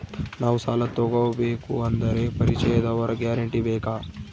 ನಾವು ಸಾಲ ತೋಗಬೇಕು ಅಂದರೆ ಪರಿಚಯದವರ ಗ್ಯಾರಂಟಿ ಬೇಕಾ?